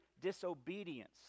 disobedience